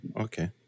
Okay